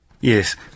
Yes